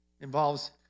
involves